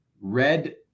red